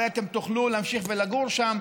הרי אתם תוכלו להמשיך ולגור שם,